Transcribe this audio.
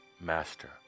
Master